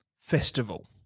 festival